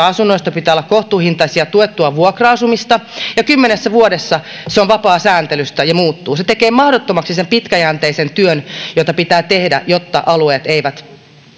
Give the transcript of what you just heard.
asunnoista pitää olla kohtuuhintaista tuettua vuokra asumista ja kymmenessä vuodessa se on vapaa sääntelystä ja muuttuu se tekee mahdottomaksi sen pitkäjänteisen työn jota pitää tehdä jotta alueet eivät